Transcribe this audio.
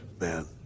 Man